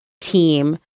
team